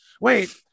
Wait